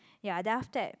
ya then after that